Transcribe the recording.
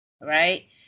right